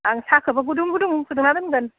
आं साहाखोबो गुदुं गुदुं फुदुंना दोनगोन